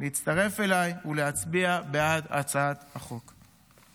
להצטרף אליי ולהצביע בעד הצעת החוק.